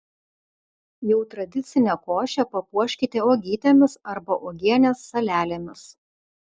jau tradicinę košę papuoškite uogytėmis arba uogienės salelėmis